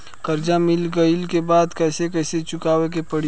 कर्जा मिल गईला के बाद कैसे कैसे चुकावे के पड़ी?